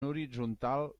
horitzontal